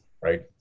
right